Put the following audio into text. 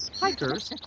hikers,